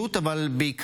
בעצב